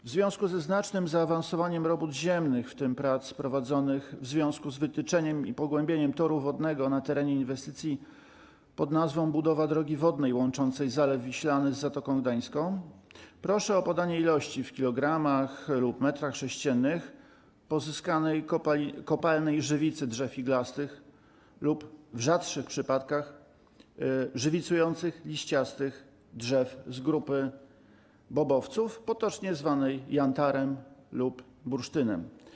W związku ze znacznym zaawansowaniem robót ziemnych, w tym prac prowadzonych w związku z wytyczeniem i pogłębieniem toru wodnego na terenie inwestycji pn. „Budowa drogi wodnej łączącej Zalew Wiślany z Zatoką Gdańską”, proszę o podanie ilości w kilogramach lub metrach sześciennych pozyskanej kopalnej żywicy drzew iglastych lub, w rzadszych przypadkach, żywicujących liściastych drzew z grupy bobowców potocznie zwanej jantarem lub bursztynem.